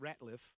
Ratliff